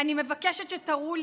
אני מבקשת שתראו לי